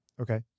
Okay